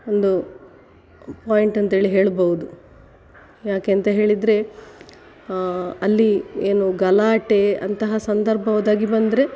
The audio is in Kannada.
ಒಂದು ಪಾಯಿಂಟ್ ಅಂತ್ಹೇಳಿ ಹೇಳ್ಬೌದು ಯಾಕೆ ಅಂತ ಹೇಳಿದರೆ ಅಲ್ಲಿ ಏನು ಗಲಾಟೆ ಅಂತಹ ಸಂದರ್ಭ ಒದಗಿ ಬಂದರೆ